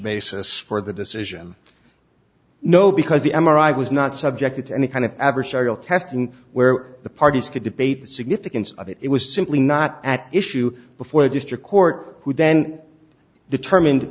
basis for the decision no because the m r i was not subjected to any kind of adversarial testing where the parties could debate the significance of it was simply not at issue before a district court would then determined